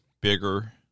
bigger